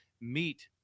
meet